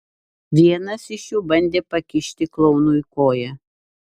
vienas iš jų bandė pakišti klounui koją